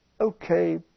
okay